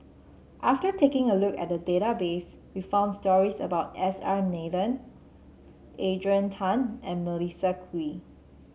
after taking a look at the database we found stories about S R Nathan Adrian Tan and Melissa Kwee